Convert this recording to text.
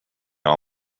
all